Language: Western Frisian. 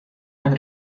net